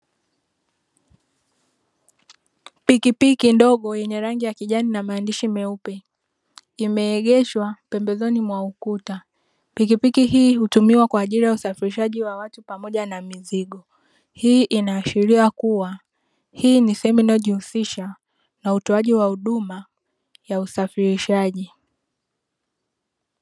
Pikipiki ndogo yenye rangi ya kijani na maandishi meupe, imeegeshwa pembezoni mwa ukuta. Pikipiki hii hutumiwa kwa ajii ya usafirishaji wa watu pamoja na mizigo. Hii inaashiria kuwa hii sehemu inayojihusisha na utoaji wa huduma ya usafirishaji.